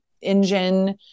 engine